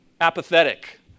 apathetic